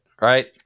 right